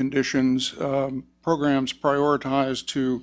conditions programs prioritize to